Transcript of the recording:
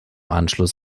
anschluss